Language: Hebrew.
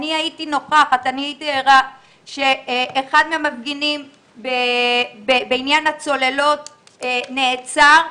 אני הייתי נוכחת וערה לכך שאחד מהמפגינים בעניין הצוללות נעצר,